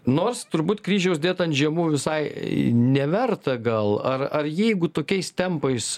nors turbūt kryžiaus dėt ant žiemų visai neverta gal ar ar jeigu tokiais tempais